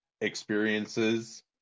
experiences